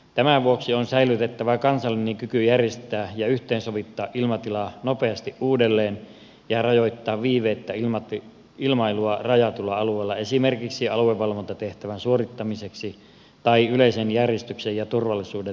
tämän vuoksi on säilytettävä kansallinen kyky järjestää ja yhteensovittaa ilmatila nopeasti uudelleen ja rajoittaa viiveettä ilmailua rajatulla alueella esimerkiksi aluevalvontatehtävän suorittamiseksi tai yleisen järjestyksen ja turvallisuuden takaamiseksi